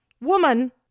Woman